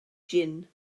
jin